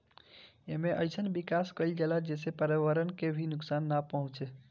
एमे अइसन विकास कईल जाला जेसे पर्यावरण के भी नुकसान नाइ पहुंचे